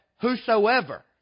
whosoever